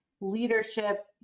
leadership